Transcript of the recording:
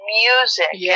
music